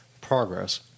Progress